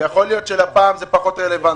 יכול להיות שלפעם הזאת זה פחות רלוונטי,